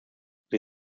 wir